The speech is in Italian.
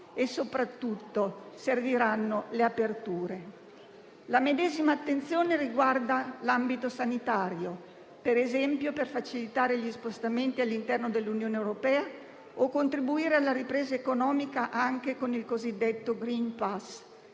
e, soprattutto, serviranno le aperture. La medesima attenzione riguarda l'ambito sanitario, per facilitare ad esempio gli spostamenti all'interno dell'Unione europea o contribuire alla ripresa economica anche con il cosiddetto *green pass*,